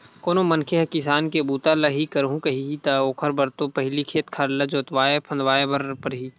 कोनो मनखे ह किसानी के बूता ल ही करहूं कइही ता ओखर बर तो पहिली खेत खार ल जोतवाय फंदवाय बर परही